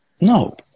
No